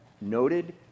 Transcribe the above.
noted